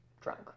drunk